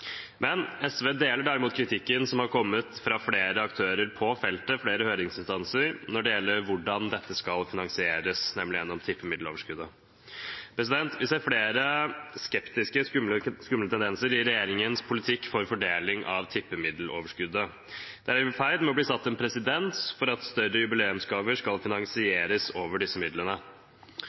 Men SV deler derimot kritikken som har kommet fra flere aktører på feltet, flere høringsinstanser, når det gjelder hvordan dette skal finansieres, nemlig gjennom tippemiddeloverskuddet. Vi ser flere skumle tendenser i regjeringens politikk for fordeling av tippemiddeloverskuddet. Det er i ferd med å bli skapt presedens for at større jubileumsgaver skal finansieres over disse midlene.